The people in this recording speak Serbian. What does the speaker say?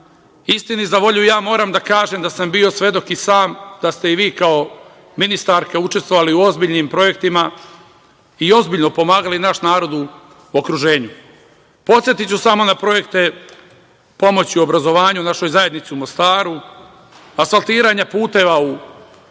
Istini za volju ja moram da kažem da sam bio svedok i sam da ste i vi kao ministarka učestvovali u ozbiljnim projektima i ozbiljno pomagali naš narod u okruženju. Podsetiću samo na projekte pomoći obrazovanju našoj zajednici u Mostaru, asfaltiranje puteva u